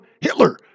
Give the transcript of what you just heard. Hitler